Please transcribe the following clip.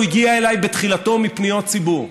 הוא הגיע אליי בתחילתו מפניות ציבור: